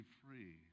free